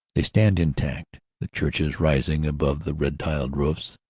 they stand intact the churches rising above the red-tiled roofs,